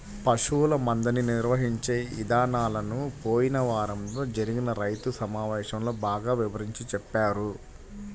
పశువుల మందని నిర్వహించే ఇదానాలను పోయిన వారంలో జరిగిన రైతు సమావేశంలో బాగా వివరించి చెప్పారు